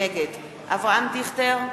נגד אברהם דיכטר,